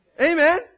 Amen